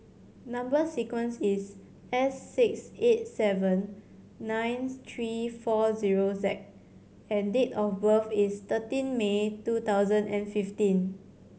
number sequence is S six eight seven nine three four zero Z and date of birth is thirteen May two thousand and fifteen